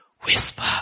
whisper